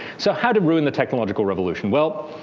so how to ruin the technological revolution. well,